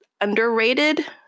underrated